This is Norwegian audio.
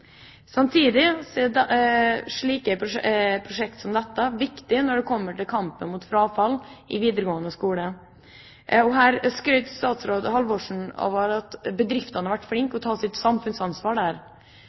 Slike prosjekt som dette er viktige når det kommer til kampen mot frafall i videregående skole. Her skrøt statsråd Halvorsen av at bedriftene har vært flinke